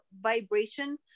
vibration